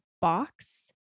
box